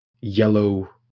yellow